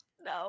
no